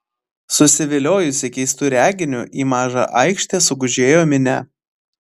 susiviliojusi keistu reginiu į mažą aikštę sugužėjo minia